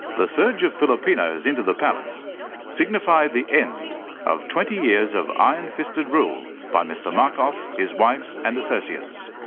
the surge of filipinos into the palace signify the end of twenty years of ironfisted rule by mr marcos, his wife and associates,